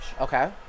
Okay